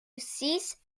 cease